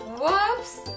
Whoops